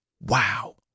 Wow